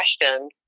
questions